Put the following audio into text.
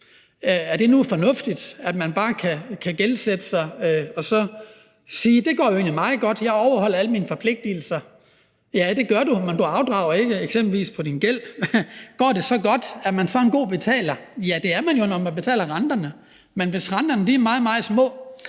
Er det nu fornuftigt, at man bare kan gældsætte sig og så sige: Det går jo egentlig meget godt – jeg overholder alle mine forpligtigelser? Ja, det gør du, men du afdrager eksempelvis ikke på din gæld. Går det så godt, og er man så en god betaler? Ja, det er man jo, når man betaler renterne, men hvis renterne er meget, meget små,